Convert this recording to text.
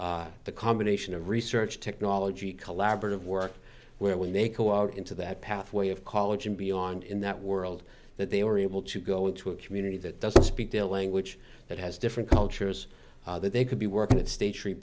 the combination of research technology collaborative work where when they go out into that pathway of college and beyond in that world that they were able to go into a community that doesn't speak their language that has different cultures they could be working at state